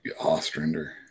Ostrander